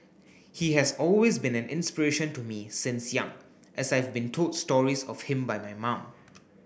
he has always been an inspiration to me since young as I've been told stories of him by my mum